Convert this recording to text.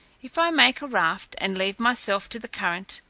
if i make a raft, and leave myself to the current,